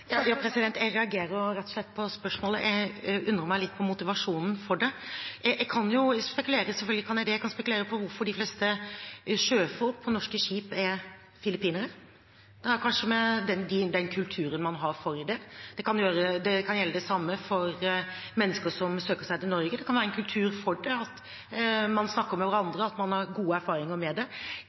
Jeg reagerer rett og slett på spørsmålet; jeg undrer meg litt på motivasjonen for det. Jeg kan jo spekulere, selvfølgelig kan jeg det. Jeg kan spekulere på hvorfor de fleste sjøfolk på norske skip er filippinere. Det har kanskje å gjøre med den kulturen man har for det. Det kan gjelde det samme for mennesker som søker seg til Norge: Det kan være en kultur for det, at man snakker med hverandre, at man har gode erfaringer med det.